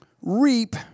reap